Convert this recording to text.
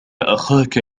أخاك